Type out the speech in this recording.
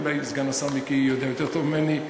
אולי סגן השר מיקי יודע יותר טוב ממני,